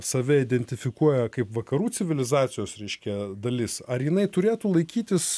save identifikuoja kaip vakarų civilizacijos reiškia dalis ar jinai turėtų laikytis